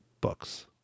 books